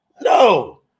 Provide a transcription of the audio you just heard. No